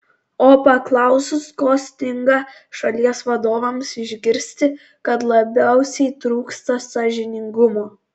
o paklausus ko stinga šalies vadovams išgirsti kad labiausiai trūksta sąžiningumo